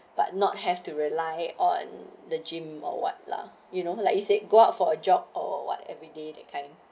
but not have to rely on the gym or what lah you know like you say go out for a job or what everyday that time